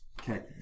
Okay